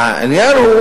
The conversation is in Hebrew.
העניין הוא